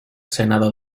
senado